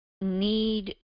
need